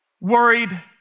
worried